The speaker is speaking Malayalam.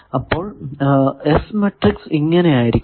അപ്പോൾ S മാട്രിക്സ് ഇങ്ങനെ ആയിരിക്കും